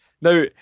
Now